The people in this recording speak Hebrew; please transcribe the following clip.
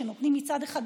שנותנים מצד אחד,